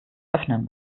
öffnen